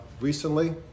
recently